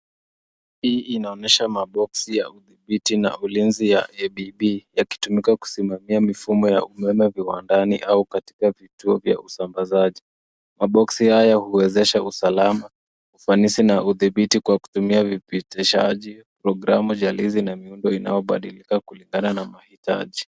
Hii inaonyesha maboksi ya udhibiti na ulinzi ya ABB yakitumika kusimamia mifumo ya umeme viwandani au katika vituo vya usambazaji. Maboksi haya huwezesha usalama, ufanisi na udhibiti kwa kutumia vipitishaji, programu jalizi na miundo inayobadilika kulingana na mahitaji.